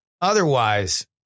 otherwise